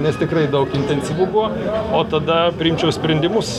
nes tikrai daug intensyvu buvo o tada priimčiau sprendimus